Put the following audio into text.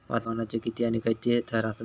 वातावरणाचे किती आणि खैयचे थर आसत?